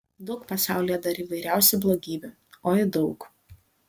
daug pasaulyje dar įvairiausių blogybių oi daug